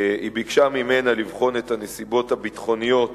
והיא ביקשה ממנה לבחון את הנסיבות הביטחוניות